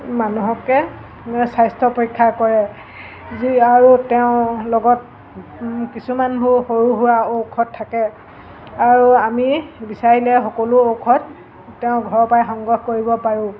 মানুহকে স্বাস্থ্য পৰীক্ষা কৰে যি আৰু তেওঁ লগত কিছুমানবোৰ সৰু সুৰা ঔষধ থাকে আৰু আমি বিচাৰিলে সকলো ঔষধ তেওঁ ঘৰৰপৰাই সংগ্ৰহ কৰিব পাৰোঁ